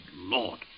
Lord